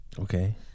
Okay